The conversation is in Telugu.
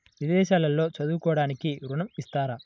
విదేశాల్లో చదువుకోవడానికి ఋణం ఇస్తారా?